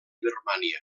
birmània